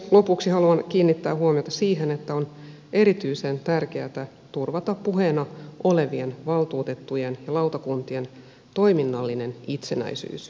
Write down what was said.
lopuksi haluan kiinnittää huomiota siihen että on erityisen tärkeätä turvata puheena olevien valtuutettujen ja lautakuntien toiminnallinen itsenäisyys